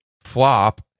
flop